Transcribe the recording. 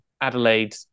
adelaide